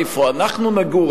איפה אנחנו נגור,